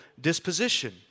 disposition